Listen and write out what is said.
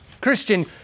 Christian